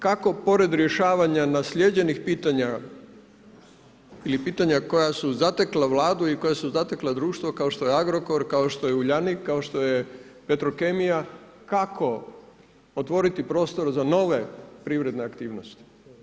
Kako pored rješavanja naslijeđenih pitanja ili pitanja koja su zatekla Vladu i koja su zatekla društvo kao što je Agrokor, kao što je Uljanik, kao što je Petrokemija, kako otvoriti prostor za nove privredne aktivnosti.